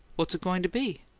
what's it going to be?